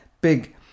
big